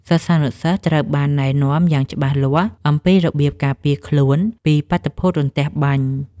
សិស្សានុសិស្សត្រូវបានណែនាំយ៉ាងច្បាស់លាស់អំពីរបៀបការពារខ្លួនពីបាតុភូតរន្ទះបាញ់។